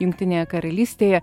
jungtinėje karalystėje